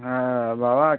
হ্যাঁ বাবা